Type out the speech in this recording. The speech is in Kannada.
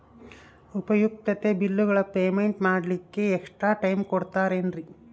ಉಪಯುಕ್ತತೆ ಬಿಲ್ಲುಗಳ ಪೇಮೆಂಟ್ ಮಾಡ್ಲಿಕ್ಕೆ ಎಕ್ಸ್ಟ್ರಾ ಟೈಮ್ ಕೊಡ್ತೇರಾ ಏನ್ರಿ?